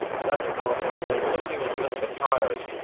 and that's normal. so if somebody was a little bit tired,